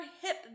hip